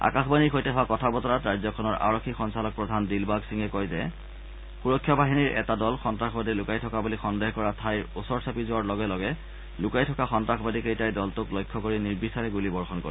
আকাশবাণীৰ সৈতে হোৱা কথা বতৰাত ৰাজ্যখনৰ আৰক্ষী সঞ্চালকপ্ৰধান দিলবাগ সিঙে কয় যে সুৰক্ষা বাহিনীৰ এটা দল সন্তাসবাদী লুকাই থকা বুলি সন্দেহ কৰা ঠাইৰ ওচৰ চাপি যোৱাৰ লগে লগে লুকাই থকা সন্তাসবাদী কেইটাই দলটোক লক্ষ্য কৰি নিৰ্বিচাৰে গুলীবৰ্ষণ কৰে